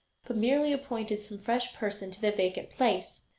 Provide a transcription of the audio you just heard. but merely appointed some fresh person to the vacant place.